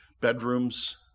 bedrooms